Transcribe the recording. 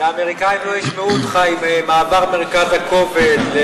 שהאמריקנים לא ישמעו אותך, עם מעבר מרכז הכובד.